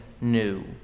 new